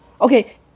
Okay